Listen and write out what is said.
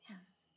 Yes